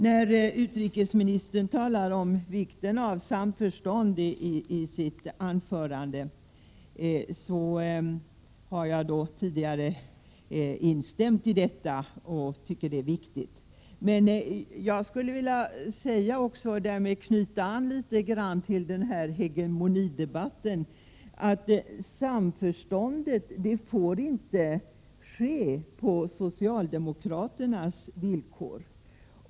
Det som utrikesministern i sitt anförande sade om samförstånd har jag redan instämt i — jag tycker att det är viktigt. Men jag skulle vilja knyta an till hegemonidebatten och säga att samförståndet inte får ske på socialdemokraternas villkor.